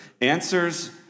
Answers